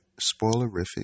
spoilerific